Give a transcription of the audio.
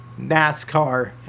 NASCAR